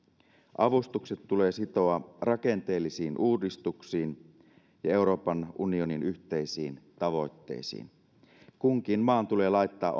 avustukset tulee sitoa rakenteellisiin uudistuksiin ja euroopan unionin yhteisiin tavoitteisiin kunkin maan tulee laittaa